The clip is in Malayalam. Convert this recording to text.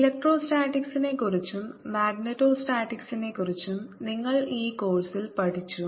ഇലക്ട്രോസ്റ്റാറ്റിക്സിനെക്കുറിച്ചും മാഗ്നെറ്റോസ്റ്റാറ്റിക്സിനെക്കുറിച്ചും നിങ്ങൾ ഈ കോഴ്സിൽ പഠിച്ചു